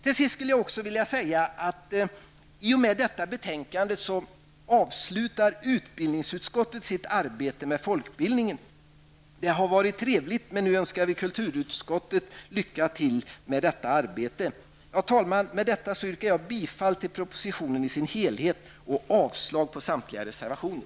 Till sist skulle jag vilja säga, att i och med detta betänkande avslutar utbildningsutskottet sitt arbete med folkbildningen. Det har varit trevligt, men nu önskar vi kulturutskottet lycka till med detta arbete. Herr talman! Med detta instämmer jag i propositionen i dess helhet och yrkar avslag på samtliga reservationer.